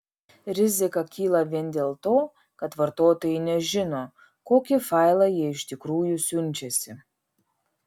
rizika kyla vien dėl to kad vartotojai nežino kokį failą jie iš tikrųjų siunčiasi